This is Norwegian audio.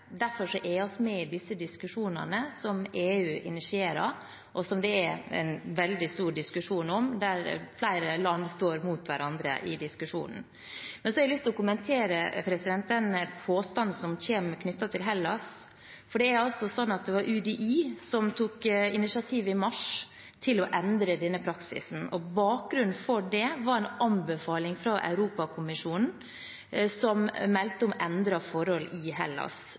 Derfor er vi med i disse diskusjonene som EU initierer, og som det er en veldig stor diskusjon om, der flere land står mot hverandre i diskusjonen. Jeg har lyst til å kommentere den påstanden som kommer knyttet til Hellas. Det var UDI som tok initiativ i mars til å endre denne praksisen, og bakgrunnen for det var en anbefaling fra Europakommisjonen, som meldte om endrede forhold i Hellas. Det var på bakgrunn av dette at Justisdepartementet i juni i år instruerte UDI om å gjenoppta Dublin-returer til Hellas